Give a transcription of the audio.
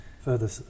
further